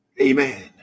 Amen